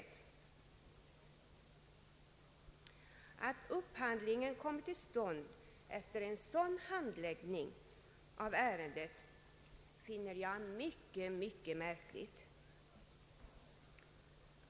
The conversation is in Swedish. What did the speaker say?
Att den här påtalade upphandlingen kom till stånd efter en sådan handläggning av ärendet finner jag synnerligen märkligt.